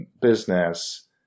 business